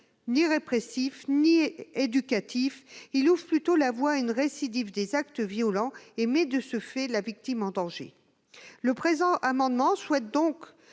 ni répressif ni éducatif. Il ouvre plutôt la voie à une récidive des actes violents et met de ce fait la victime en danger. Le présent amendement vise à